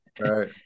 right